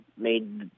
made